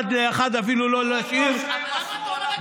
למה אתה אומר "דודי"?